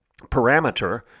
parameter